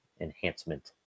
enhancement